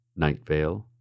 Nightvale